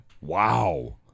Wow